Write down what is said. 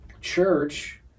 church